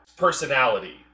personality